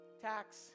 tax